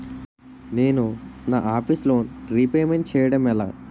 నేను నా office loan repayment చేయడం ఎలా?